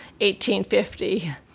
1850